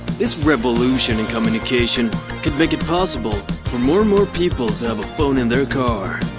this revolution in communication could make it possible for more and more people to have a phone in their car!